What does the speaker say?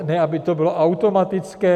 Ne aby to bylo automatické.